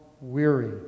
weary